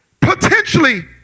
Potentially